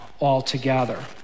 altogether